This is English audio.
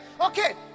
okay